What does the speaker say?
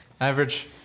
Average